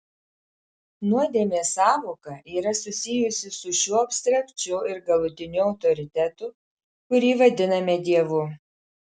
nuodėmės sąvoka yra susijusi su šiuo abstrakčiu ir galutiniu autoritetu kurį vadiname dievu